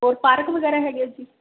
ਹੋਰ ਪਾਰਕ ਵਗੈਰਾ ਹੈਗੇ ਹੈ ਜੀ